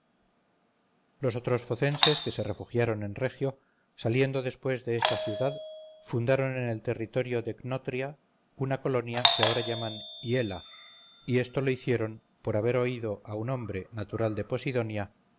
otros focenses que se refugiaron en regio saliendo después de esta ciudad fundaron en el territorio do cnotria una colonia que ahora llaman hyela y esto lo hicieron por haber oído a un hombre natural de posidonia que la